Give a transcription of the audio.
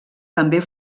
també